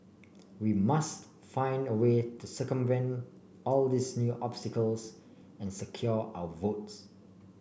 we must find a way to circumvent all these new obstacles and secure our votes